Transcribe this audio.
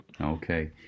Okay